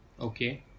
Okay